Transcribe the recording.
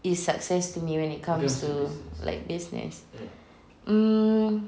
is success to me when it comes to business mm